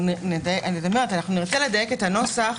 אנחנו ננסה לדייק את הנוסח,